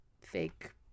fake